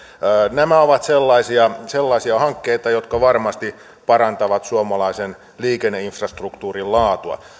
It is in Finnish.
nämä ovat sellaisia sellaisia hankkeita jotka varmasti parantavat suomalaisen liikenneinfrastruktuurin laatua